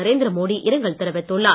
நரேந்திர மோடி இரங்கல் தெரிவித்துள்ளார்